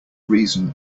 reason